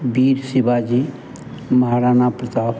Veer Shivaji Maharana Pratap